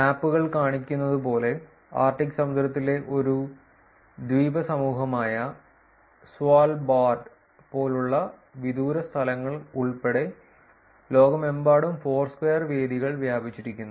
മാപ്പുകൾ കാണിക്കുന്നതുപോലെ ആർട്ടിക് സമുദ്രത്തിലെ ഒരു ദ്വീപസമൂഹമായ സ്വാൽബാർഡ് പോലുള്ള വിദൂര സ്ഥലങ്ങൾ ഉൾപ്പെടെ ലോകമെമ്പാടും ഫോർസ്ക്വയർ വേദികൾ വ്യാപിച്ചിരിക്കുന്നു